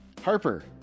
Harper